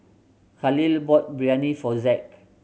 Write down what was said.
Khalil bought Biryani for Zack